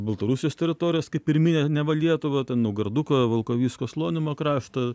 baltarusijos teritorijos kaip pirminę neva lietuvą ten naugarduko volkovysko slonimo kraštą